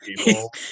people